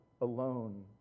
alone